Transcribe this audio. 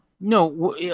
No